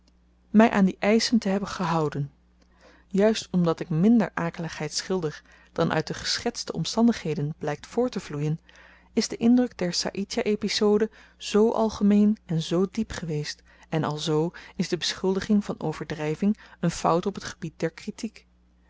my aan die eischen te hebben gehouden juist omdat ik minder akeligheid schilder dan uit de geschetste omstandigheden blykt voorttevloeien is de indruk der saïdjah epizode zoo algemeen en zoo diep geweest en alzoo is de beschuldiging van overdryving een fout op t gebied der kritiek